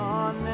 on